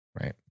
Right